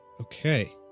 okay